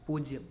പൂജ്യം